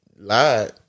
lied